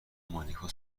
مانیکا